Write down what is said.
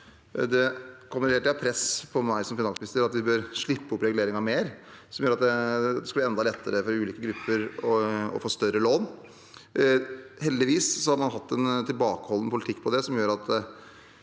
Det er hele tiden press på meg som finansminister om at vi bør slippe opp reguleringen mer, for at det skal bli enda lettere for ulike grupper å få større lån. Heldigvis har man hatt en tilbakeholden politikk her. Det gjør at